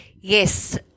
Yes